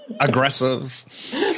Aggressive